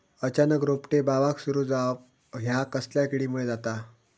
अचानक रोपटे बावाक सुरू जवाप हया कसल्या किडीमुळे जाता?